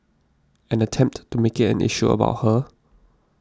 and attempt to make it an issue about her